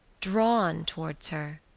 drawn towards her,